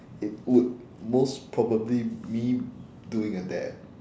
it would most probably me doing a dab